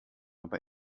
aber